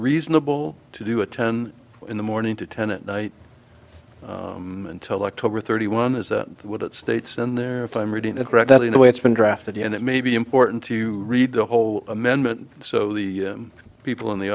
reasonable to do a ten in the morning to ten at night until october thirty one is that what it states in there i'm reading it right that in the way it's been drafted yet it may be important to read the whole amendment so the people in the